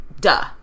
duh